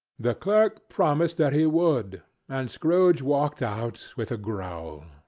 the clerk promised that he would and scrooge walked out with a growl.